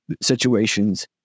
situations